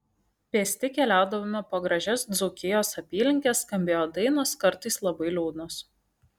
pėsti keliaudavome po gražias dzūkijos apylinkes skambėjo dainos kartais labai liūdnos